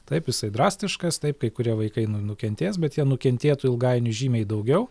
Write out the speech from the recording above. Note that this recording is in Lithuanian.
taip jisai drastiškas taip kai kurie vaikai nu nukentės bet jie nukentėtų ilgainiui žymiai daugiau